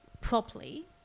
properly